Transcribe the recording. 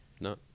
No